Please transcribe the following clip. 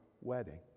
wedding